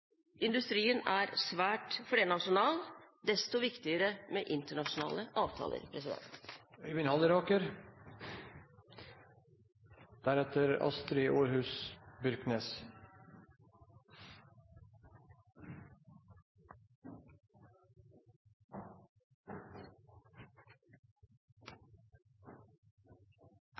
Industrien er svært flernasjonal. Desto viktigere er det da med internasjonale avtaler.